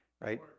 Right